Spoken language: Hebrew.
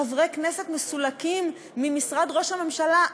חברי כנסת מסולקים ממשרד ראש הממשלה.